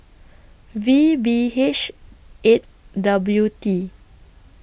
V B H eight W T